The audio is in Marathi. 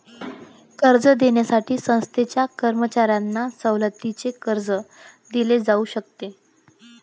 कर्ज देणाऱ्या संस्थांच्या कर्मचाऱ्यांना सवलतीचे कर्ज दिले जाऊ शकते